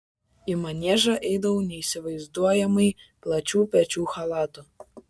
į maniežą eidavau neįsivaizduojamai plačių pečių chalatu